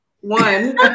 one